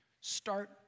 Start